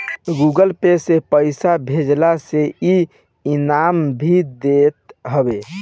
Google Pay से पईसा भेजला पे इ इनाम भी देत हवे